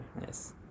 Yes